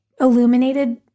illuminated